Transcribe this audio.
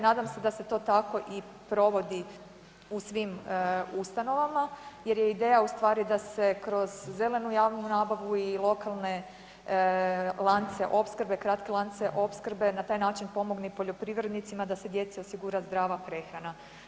Nadam se da se to tako i provodi u svim ustanovama, jer je ideja u stvari da se kroz zelenu javnu nabavu i lokalne lance opskrbe, kratke lance opskrbe i na taj način pomogne i poljoprivrednicima, da se djeci osigura zdrava prehrana.